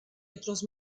otros